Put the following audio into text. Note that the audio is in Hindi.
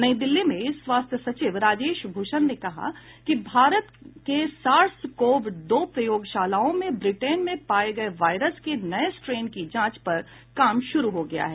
नई दिल्ली में स्वास्थ्य सचिव राजेश भूषण ने कहा कि भारत के सार्स कोव दो प्रयोगशालाओं में ब्रिटेन में पाए गए वायरस के नए स्ट्रेन की जांच पर काम शुरू हो गया है